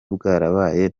bwarabaye